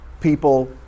people